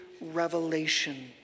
revelation